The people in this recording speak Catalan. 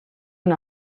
una